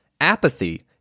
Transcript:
Apathy